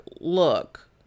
look